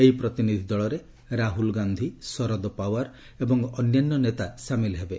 ଏହି ପ୍ରତିନିଧବ ଦଳରେ ରାହୁଲ୍ ଗାନ୍ଧି ଶରଦ୍ ପାୱାର ଏବଂ ଅନ୍ୟାନ୍ୟ ନେତା ସାମିଲ୍ ହେବେ